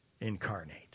incarnate